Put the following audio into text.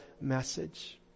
message